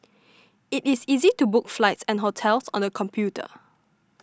it is easy to book flights and hotels on the computer